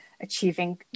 achieving